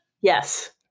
Yes